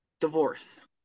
Divorce